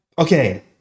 Okay